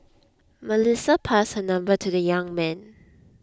Melissa passed her number to the young man